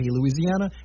Louisiana